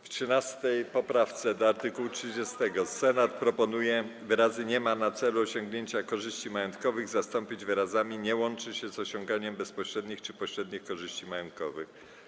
W 13. poprawce do art. 30 Senat proponuje, aby wyrazy „nie ma na celu osiągania korzyści majątkowych” zastąpić wyrazami „nie łączy się z osiąganiem bezpośrednich czy pośrednich korzyści majątkowych”